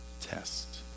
test